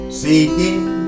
seeking